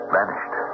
vanished